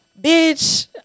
Bitch